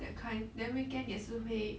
that kind then weekend 也是会